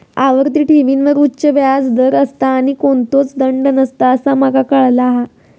आवर्ती ठेवींवर उच्च व्याज दर असता आणि कोणतोच दंड नसता असा माका काळाला आसा